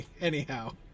anyhow